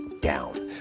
down